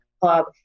Club